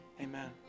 Amen